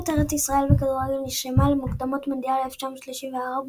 ארץ ישראל בכדורגל נרשמה למוקדמות מונדיאל 1934,